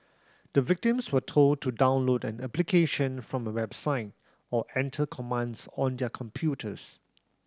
the victims were told to download an application from a website or enter commands on their computers